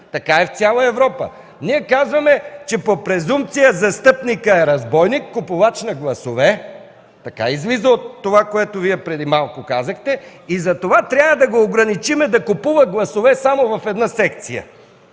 така е в цяла Европа. Ние казваме, че по презумпция застъпникът е разбойник – купувач на гласове. Така излиза от това, което преди малко Вие казахте, и затова трябва да го ограничим да купува гласове само в една секция.